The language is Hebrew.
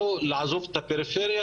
לא לעזוב את הפריפריה,